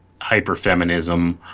hyperfeminism